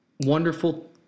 wonderful